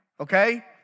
okay